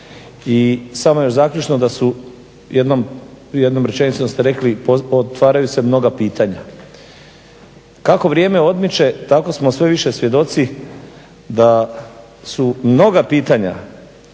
I samo još zaključno da su jednom rečenicom ste rekli otvaraju se mnoga pitanja. Kako vrijeme odmiče tako smo sve više svjedoci da su mnoga pitanja